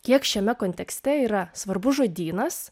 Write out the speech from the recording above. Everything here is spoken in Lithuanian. kiek šiame kontekste yra svarbus žodynas